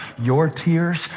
your tears,